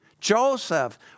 Joseph